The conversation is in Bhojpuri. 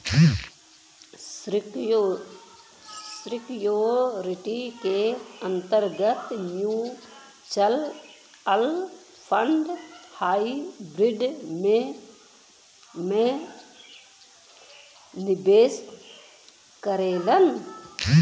सिक्योरिटीज के अंतर्गत म्यूच्यूअल फण्ड हाइब्रिड में में निवेश करेलन